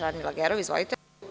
Radmila Gerov, izvolite.